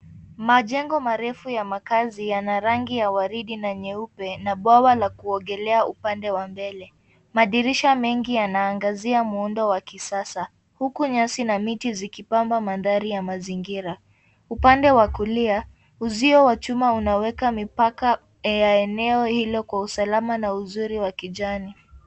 Majengo marefu ya makazi yana rangi ya waridi na nyeupe na bwawa la kuogelea upande wa mbele. Madirisha mengi yanaangazia muundo wa kisasa huku nyasi na miti zikipamba mandhari ya mazingira. Upande wa kulia, uzio wa chuma unaeka mipaka ya eneo hilo kwa usalama na uzuri wa kijani.